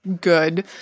good